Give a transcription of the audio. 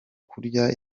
kurya